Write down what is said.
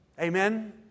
Amen